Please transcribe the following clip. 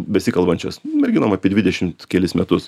besikalbančias nu merginom apie dvidešimt kelis metus